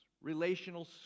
relational